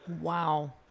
Wow